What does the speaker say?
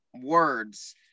words